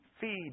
feed